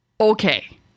Okay